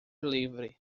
livre